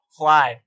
fly